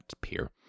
peer